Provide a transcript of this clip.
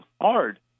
hard